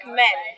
men